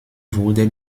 wurde